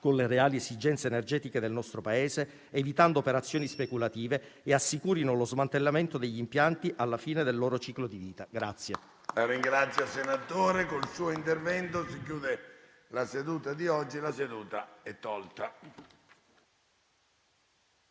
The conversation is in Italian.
con le reali esigenze energetiche del nostro Paese, evitando operazioni speculative, e assicurino lo smantellamento degli impianti alla fine del loro ciclo di vita